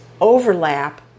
overlap